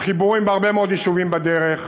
עם חיבורים בהרבה מאוד יישובים בדרך,